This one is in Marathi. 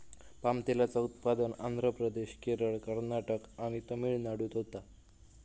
पाम तेलाचा उत्पादन आंध्र प्रदेश, केरळ, कर्नाटक आणि तमिळनाडूत होता